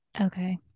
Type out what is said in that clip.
okay